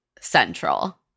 central